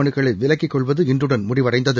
மனுக்களை விலக்கிக்கொள்வது இன்றுடன் முடிவடைந்தது